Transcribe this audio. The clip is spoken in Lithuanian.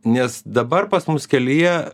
nes dabar pas mus kelyje